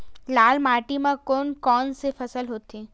लाल माटी म कोन कौन से फसल होथे?